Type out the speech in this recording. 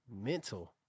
mental